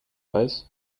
weiß